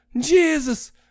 Jesus